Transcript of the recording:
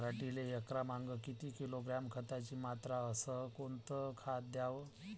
पराटीले एकरामागं किती किलोग्रॅम खताची मात्रा अस कोतं खात द्याव?